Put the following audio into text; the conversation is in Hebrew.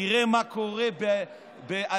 תראה מה קורה בצרפת,